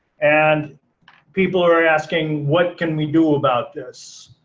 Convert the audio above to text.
and people are asking, what can we do about this?